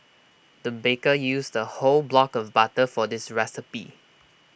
the baker used A whole block of butter for this recipe